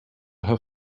her